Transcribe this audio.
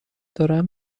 دارم